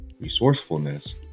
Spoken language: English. resourcefulness